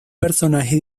personaje